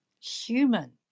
human